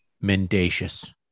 Mendacious